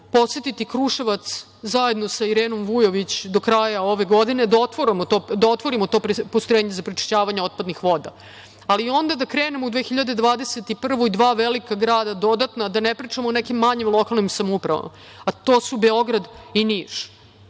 posetiti Kruševac zajedno sa Irenom Vujović do kraja ove godine da otvorimo to postrojenje za prečišćavanje otpadnih voda. Ali, onda da krenemo u 2021. godini dva velika grada dodatno, a da ne pričamo o nekim manjim lokalnim samoupravama, a to su Beograd i Niš.